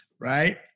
Right